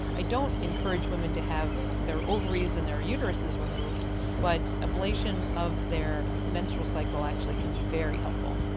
i don't encourage women to have their ovaries and their uteruses removed but ablation of their menstrual cycle actually can be very helpful.